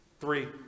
Three